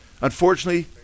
Unfortunately